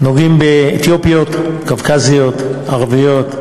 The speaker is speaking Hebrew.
נוגעים באתיופיות, קווקזיות, ערביות,